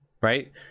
right